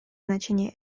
значение